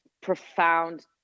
profound